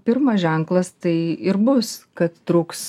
pirmas ženklas tai ir bus kad trūks